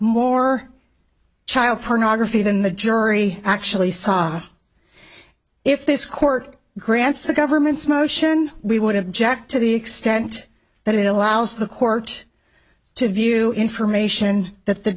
more child pornography than the jury actually saw if this court grants the government's motion we would have jack to the extent that it allows the court to view information that the